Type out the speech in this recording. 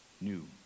new